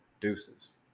Deuces